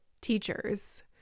teachers